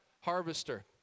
harvester